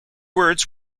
words